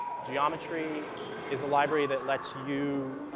geometry is a library that lets you